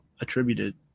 attributed